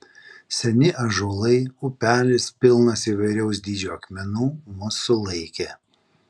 seni ąžuolai upelis pilnas įvairaus dydžio akmenų mus sulaikė